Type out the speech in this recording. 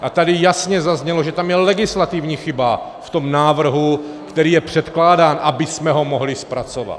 A tady jasně zaznělo, že tam je legislativní chyba v tom návrhu, který je předkládán, abychom ho mohli zpracovat.